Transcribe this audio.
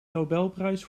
nobelprijs